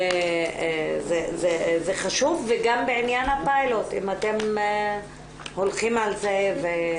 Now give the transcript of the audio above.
זה חשוב וגם בעניין הפיילוט, אם אתם הולכים על זה.